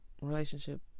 relationship